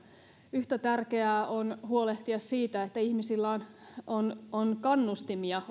yhtä tärkeää on huolehtia siitä että ihmisillä on on kannustimia